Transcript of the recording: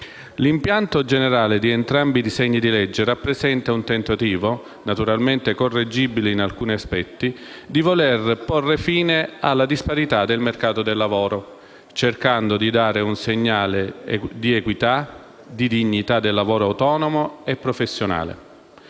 L'impianto generale di entrambi i disegni di legge rappresenta un tentativo, naturalmente correggibile in alcuni aspetti, di porre fine alle disparità nel mercato del lavoro, cercando di dare un segnale di equità e dignità al lavoro autonomo e professionale,